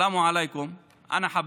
שלום עליכם.